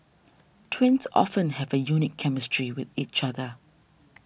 twins often have a unique chemistry with each other